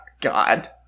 God